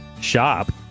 Shop